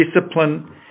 discipline